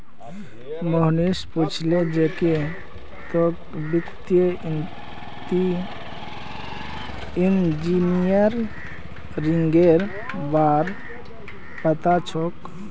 मोहनीश पूछले जे की तोक वित्तीय इंजीनियरिंगेर बार पता छोक